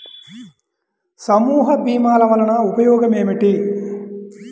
సమూహ భీమాల వలన ఉపయోగం ఏమిటీ?